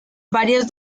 varias